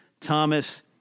Thomas